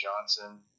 Johnson